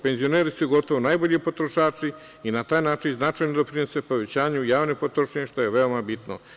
Penzioneri su gotovo najbolji potrošači i na taj način značajno doprinose povećanju javne potrošnje, što je veoma bitno.